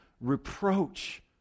reproach